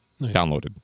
downloaded